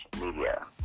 media